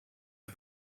for